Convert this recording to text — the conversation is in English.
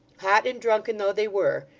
hot and drunken though they were,